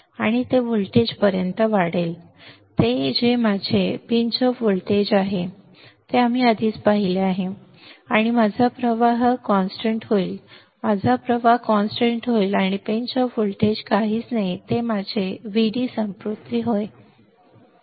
तर आणि ते व्होल्टेज पर्यंत वाढेल जे माझे चिमूटभर व्होल्टेज आहे जे आम्ही आधीच पाहिले आहे आणि माझा प्रवाह स्थिर होईल माझा प्रवाह स्थिर होईल पिंच ऑफ व्होल्टेज काहीच नाही परंतु माझे व्हीडी संतृप्ति हे सोपे आहे